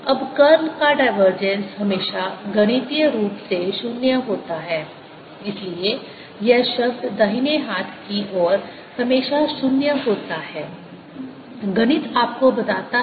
अब कर्ल का डाइवर्जेंस हमेशा गणितीय रूप से 0 होता है इसलिए यह शब्द दाहिने बाएँ हाथ की ओर हमेशा 0 होता है गणित आपको बताता है